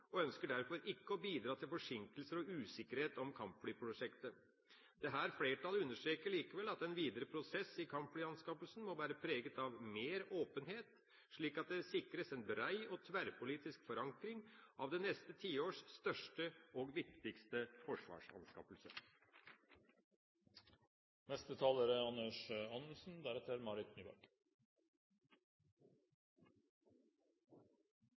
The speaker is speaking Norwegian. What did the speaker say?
og ønsker derfor ikke å bidra til forsinkelser og usikkerhet om kampflyprosjektet. Dette flertallet understreker likevel at den videre prosess i kampflyanskaffelsen må være preget av mer åpenhet, slik at det sikres en brei og tverrpolitisk forankring av det neste tiårs største og viktigste forsvarsanskaffelse. Denne saken har tatt sin tid i komiteen, og det viser på mange måter at det er